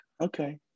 okay